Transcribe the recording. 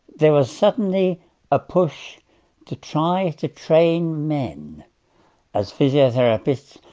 there was suddenly a push to try to train men as physiotherapists.